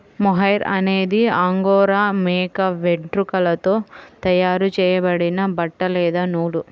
mohair అనేది angora మేక వెంట్రుకలతో తయారు చేయబడిన బట్ట లేదా నూలు